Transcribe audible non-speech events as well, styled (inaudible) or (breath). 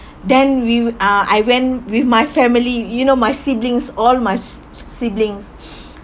then we w~ uh I went with my family you know my siblings all my siblings (breath)